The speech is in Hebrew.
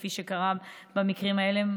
כפי שקרה במקרים האלה,